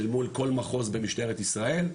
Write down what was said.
אל מול כל מחוז במשטרת ישראל,